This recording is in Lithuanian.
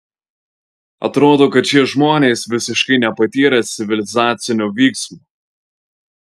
atrodo kad šie žmonės visiškai nepatyrę civilizacinio vyksmo